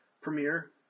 Premiere